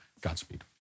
Godspeed